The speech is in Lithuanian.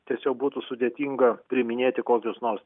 tiesiog būtų sudėtinga priiminėti kokius nors